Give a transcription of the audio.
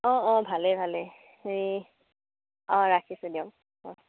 অঁ অঁ ভালে ভালে হেৰি অঁ ৰাখিছোঁ দিয়ক অঁ